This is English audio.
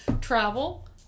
travel